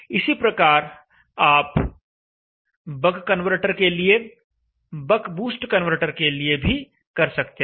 इसी प्रकार आप बक कन्वर्टर के लिए तथा बक बूस्ट कन्वर्टर के लिए भी कर सकते हैं